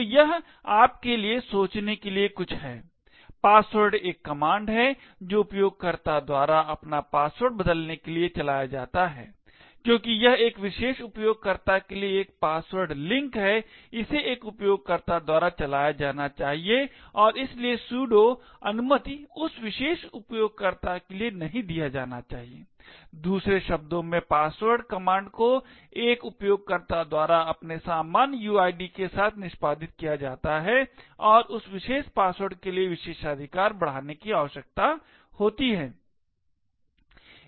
तो यह आपके लिए सोचने के लिए कुछ है पासवर्ड एक कमांड है जो उपयोगकर्ता द्वारा अपना पासवर्ड बदलने के लिए चलाया जाता है क्योंकि यह एक विशेष उपयोगकर्ता के लिए एक पासवर्ड लिंक है इसे एक उपयोगकर्ता द्वारा चलाया जाना चाहिए और इसलिए sudo अनुमति उस विशेष उपयोगकर्ता के लिए नहीं दिया जाना चाहिए दूसरे शब्दों में पासवर्ड कमांड को एक उपयोगकर्ता द्वारा अपने सामान्य uid के साथ निष्पादित किया जाता है और उस विशेष पासवर्ड के लिए विशेषाधिकार बढ़ाने की आवश्यकता नहीं होती है